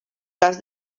cas